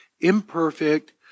imperfect